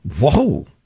Whoa